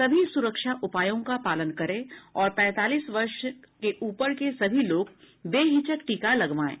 सभी सुरक्षा उपायों का पालन करें और पैंतालीस वर्ष से ऊपर के सभी लोग बेहिचक टीका लगवाएं